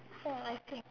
so I think